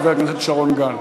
חבר הכנסת שרון גל.